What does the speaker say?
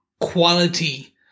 quality